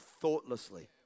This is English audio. thoughtlessly